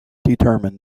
determined